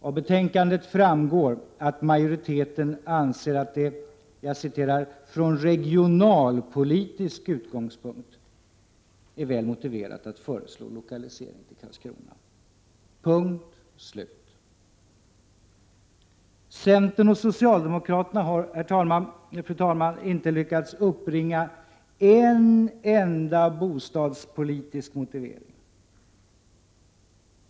Av betänkandet framgår att majoriteten anser att det ”från regionalpolitisk utgångspunkt” är väl motiverat att föreslå lokalisering till Karlskrona. Punkt, slut. Centern och socialdemokraterna har, fru talman, inte lyckats uppbringa en enda bostadspolitisk motivering.